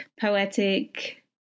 poetic